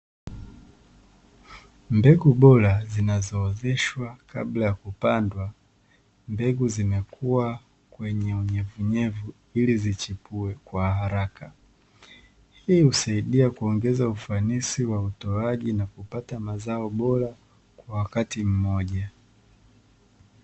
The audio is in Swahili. Mbegu bora zinazoozeshwa kabla ya kupandwa, mbegu zimekua kwenye unyevunyevu ili zichipue kwa haraka. Hii husaidia kuongeza ufanisi wa utoaji na kupata mazao bora, kwa wakati mmoja.